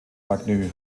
magnus